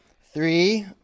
Three